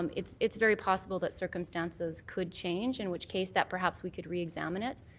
it's it's very possible that circumstances could change in which case that perhaps we could re-examine it.